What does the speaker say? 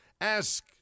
Ask